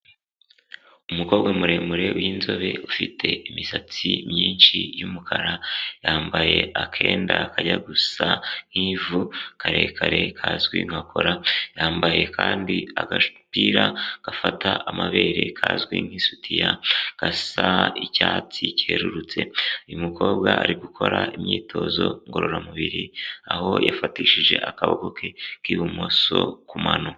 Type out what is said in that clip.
Umukobwa muremure w'inzobe ufite imisatsi myinshi y'umukara, yambaye akenda kajya gusa nk'ivu karekare kazwi nka kola, yambaye kandi agapira gafata amabere kazwi nk'isutiya gasa icyatsi cyerurutse, uyu mukobwa ari gukora imyitozo ngororamubiri, aho yafatishije akaboko ke k'ibumoso ku mano.